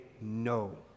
no